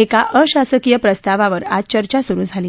एका अशासकीय प्रस्तावावर आज चर्चा सुरु झाली